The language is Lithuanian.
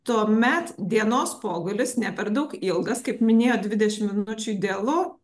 tuomet dienos pogulis ne per daug ilgas kaip minėjo dvidešimt minučių idealu